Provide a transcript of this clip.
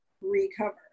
recover